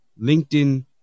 LinkedIn